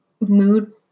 mood